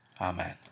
Amen